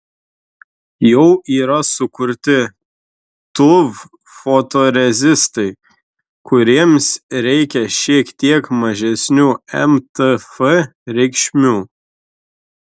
jau yra sukurti tuv fotorezistai kuriems reikia šiek tiek mažesnių mtf reikšmių